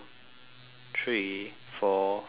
three four five